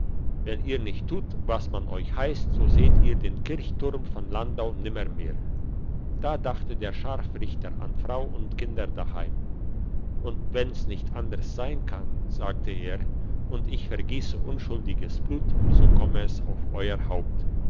wenn ihr nicht tut was man euch heisst so seht ihr den kirchturm von landau nimmermehr da dachte der scharfrichter an frau und kinder daheim und wenn's nicht anders sein kann sagte er und ich vergiesse unschuldiges blut so komme es auf euer haupt